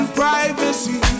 privacy